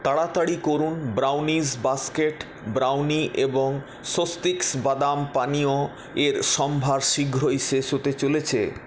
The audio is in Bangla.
তাড়াতাড়ি করুন ব্রাউনিস বাস্কেট ব্রাউনি এবং স্বস্তিকস বাদাম পানীয়ের সম্ভার শীঘ্রই শেষ হতে চলেছে